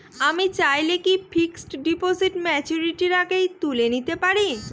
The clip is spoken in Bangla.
আমি চাইলে কি ফিক্সড ডিপোজিট ম্যাচুরিটির আগেই তুলে নিতে পারি?